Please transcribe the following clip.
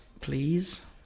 please